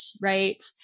right